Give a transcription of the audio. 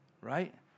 right